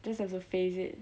just have to face it